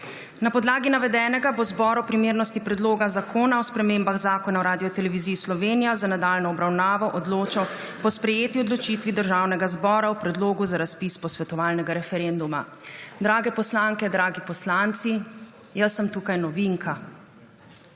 Na podlagi navedenega bo zbor o primernosti Predloga zakona o spremembah Zakona o Radioteleviziji Slovenija za nadaljnjo obravnavo odločal po sprejeti odločitvi Državnega zbora o predlogu za razpis posvetovalnega referenduma. Drage poslanke, dragi poslanci, jaz sem tukaj novinka